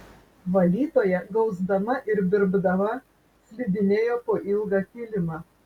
valytoja gausdama ir birbdama slidinėjo po ilgą kilimą